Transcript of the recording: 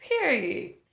period